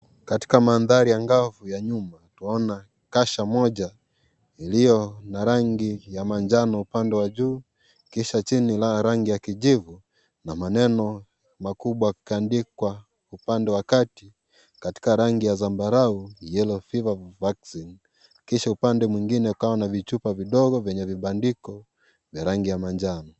Katika mandhari angavu ya nyumba tunaona kasha moja iliyo na rangi ya manjano upande wa juu kisha chini kunayo rangi ya kijivu na maneno makubwa kaandikwa upande wa kati katika rangi ya zambarau yellow fever vaccine. Kisha upande mwingine ukawa na vichupa vidogo vyenye vibandiko vya rangi ya manjano.